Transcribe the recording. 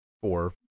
Four